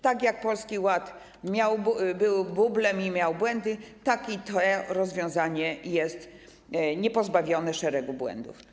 Tak jak Polski Ład był bublem i miał błędy, tak i to rozwiązanie jest niepozbawione szeregu błędów.